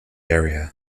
area